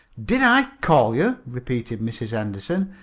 did i call you? repeated mrs. henderson.